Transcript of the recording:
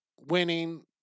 winning